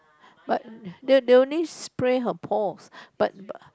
but the the only spray her paws but